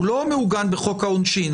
הוא לא מעוגן בחוק העונשין.